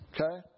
Okay